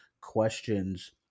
questions